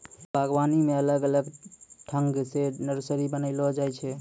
बागवानी मे अलग अलग ठंग से नर्सरी बनाइलो जाय छै